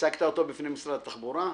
הצגת אותו בפני משרד התחבורה?